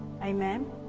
Amen